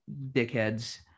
dickheads